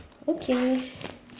okay